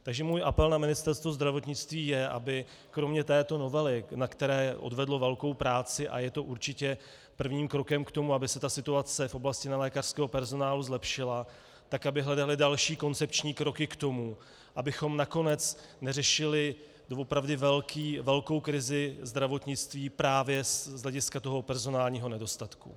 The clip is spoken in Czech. Takže můj apel na Ministerstvo zdravotnictví je, aby kromě této novely, na které odvedlo velkou práci, a je to určitě prvním krokem k tomu, aby se situace v oblasti nelékařského personálu zlepšila, aby hledalo další koncepční kroky k tomu, abychom nakonec neřešili doopravdy velkou krizi zdravotnictví právě z hlediska toho personálního nedostatku.